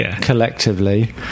collectively